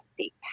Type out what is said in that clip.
state